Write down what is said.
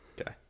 Okay